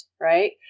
Right